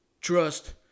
trust